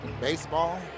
Baseball